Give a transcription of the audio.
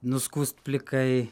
nuskust plikai